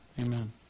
Amen